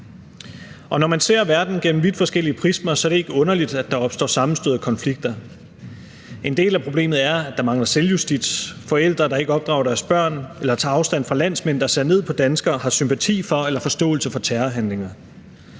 Og når man ser verden gennem vidt forskellige prismer, er det ikke underligt, at der opstår sammenstød og konflikter. En del af problemet er, at der mangler selvjustits – forældre, der ikke opdrager deres børn eller ikke tager afstand fra landsmænd, der ser ned på danskere, har sympati for eller forståelse for terrorhandlinger.